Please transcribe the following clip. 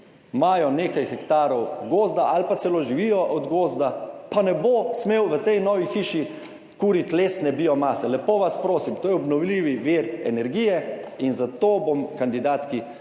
imajo nekaj hektarov gozda ali pa celo živijo od gozda, pa ne bo smel v tej novi hiši kuriti lesne biomase. Lepo vas prosim, to je obnovljivi vir energije. In zato bom kandidatki